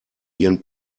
ihren